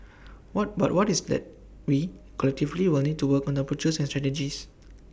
what but what is that we collectively will need to work on the approaches and strategies